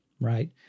right